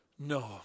No